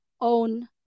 own